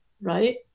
Right